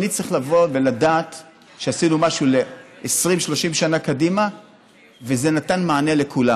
אני צריך לבוא ולדעת שעשינו משהו ל-20 30 שנה קדימה וזה נתן מענה לכולם,